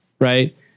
Right